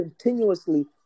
continuously